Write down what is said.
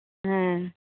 ᱦᱮᱸ